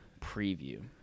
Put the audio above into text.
preview